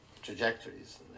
trajectories